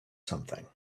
something